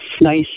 nice